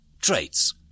Traits